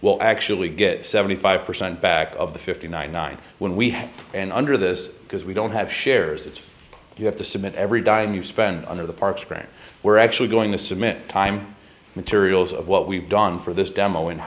will actually get seventy five percent back of the fifty nine nine when we had and under this because we don't have shares it's you have to submit every dime you spend under the parks grant we're actually going to submit time materials of what we've done for this demo in